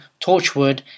Torchwood